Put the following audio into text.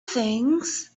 things